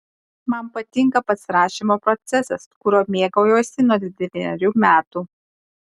man patinka pats rašymo procesas kuriuo mėgaujuosi nuo devynerių metų